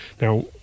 now